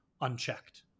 unchecked